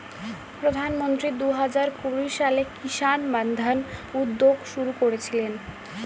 প্রধানমন্ত্রী দুহাজার কুড়ি সালে কিষান মান্ধান উদ্যোগ শুরু করেছিলেন